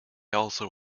also